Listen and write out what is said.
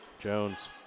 Jones